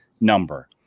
number